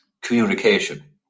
communication